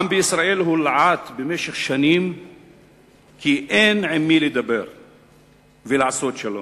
העם בישראל הולעט במשך שנים שאין עם מי לדבר ולעשות שלום,